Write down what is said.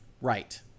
right